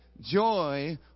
joy